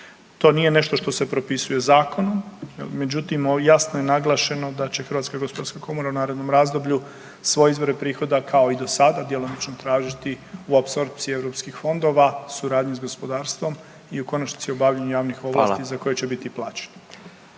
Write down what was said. To nije nešto što se propisuje zakonom, međutim jasno je naglašeno da će HGK u narednom razdoblju svoje izvore prihoda kao i do sada djelomično tražiti u apsorpciji europskih fondova, suradnji s gospodarstvom i u konačnici obavljanju javnih ovlasti za koje će biti plaćeni.